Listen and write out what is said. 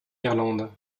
irlande